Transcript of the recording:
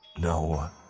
No